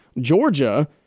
Georgia